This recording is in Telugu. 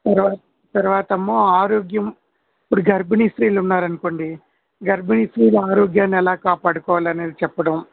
తర్వా తర్వాతేమో ఆరోగ్యం ఇప్పుడు గర్భిణిస్త్రీలు ఉన్నారనుకోండి గర్భిణిస్త్రీలు ఆరోగ్యాన్ని ఎలా కాపాడుకోవాలనేది చెప్పడం